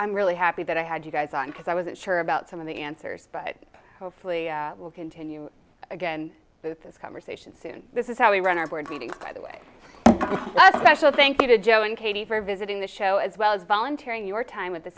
i'm really happy that i had you guys on because i was unsure about some of the answers but hopefully will continue again that this conversation soon this is how we run our board meeting by the way that's special thank you to joe and katie very visiting the show as well as volunteering your time with the